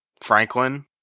Franklin